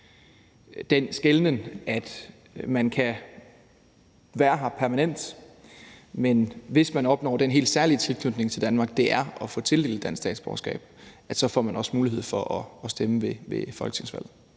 den skelnen, at man kan være her permanent, men at hvis man opnår den helt særlige tilknytning til Danmark, det er at få tildelt et dansk statsborgerskab, så får man også mulighed for at stemme ved folketingsvalg.